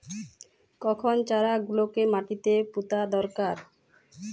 কখন চারা গুলিকে মাটিতে পোঁতা দরকার?